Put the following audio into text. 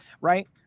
right